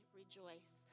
rejoice